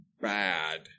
bad